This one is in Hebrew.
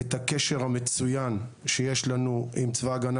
את הקשר המצוין שיש לנו עם צה"ל,